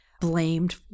blamed